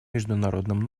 международным